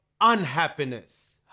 unhappiness